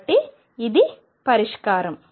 కాబట్టి ఇది పరిష్కారం